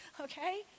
okay